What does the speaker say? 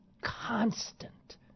constant